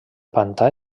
pantà